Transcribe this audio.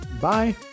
Bye